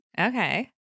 Okay